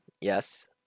Yes